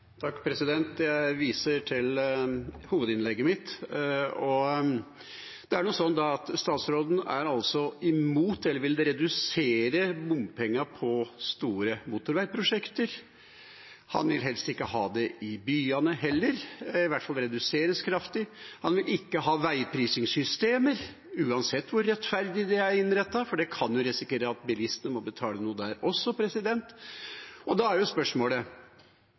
altså imot eller vil redusere bompengene på store motorveiprosjekter, og han vil helst ikke ha det i byene, heller, i hvert fall redusere kraftig. Han vil ikke ha veiprisingssystemer, uansett hvor rettferdig det er innrettet, for da kan en jo risikere at bilistene må betale noe der også. Når han da